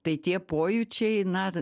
tai tie pojūčiai na